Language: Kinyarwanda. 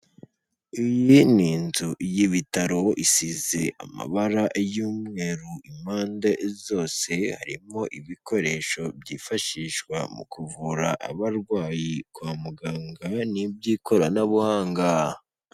Iyi ni inzu y'ibitaro isize amabara y'umweru impande zose, harimo ibikoresho byifashishwa mu kuvura abarwayi kwa muganga n'iby'ikoranabuhanga.